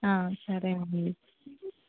సరేనండి